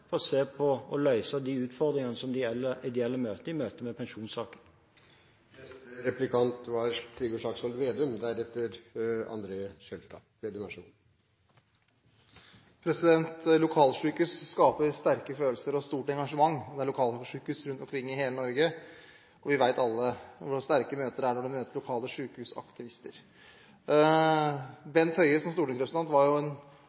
for å se på og løse de utfordringene som de ideelle har i forbindelse med pensjonssaker. Lokalsykehus skaper sterke følelser og stort engasjement. Det er lokalsykehus rundt omkring i hele Norge, og vi vet alle hvor sterke møter det er når du møter lokale sykehusaktivister. Bent Høie som stortingsrepresentant var en